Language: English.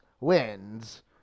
wins